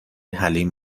حلیم